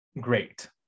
great